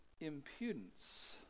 impudence